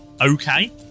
Okay